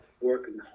working